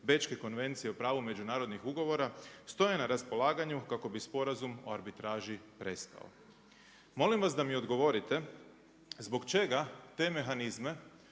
Bečke konvencije o pravu međunarodnih ugovora stoje na raspolaganju kako bi Sporazum o arbitraži prestao. Molim vas da mi odgovorite zbog čega te mehanizme